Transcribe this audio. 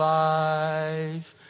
life